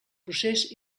procés